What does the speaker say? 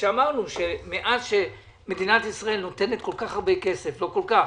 ואמרנו שמאז מדינת ישראל נותנת כל כך הרבה כסף לא כל כך,